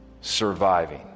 Surviving